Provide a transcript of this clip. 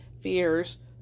fears